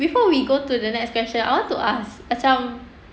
before we go to the next question I want to ask macam